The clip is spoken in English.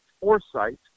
Foresight